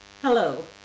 Hello